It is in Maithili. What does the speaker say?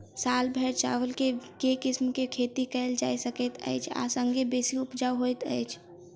साल भैर चावल केँ के किसिम केँ खेती कैल जाय सकैत अछि आ संगे बेसी उपजाउ होइत अछि?